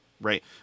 right